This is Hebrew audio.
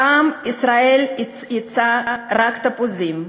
פעם ישראל ייצאה רק תפוזים,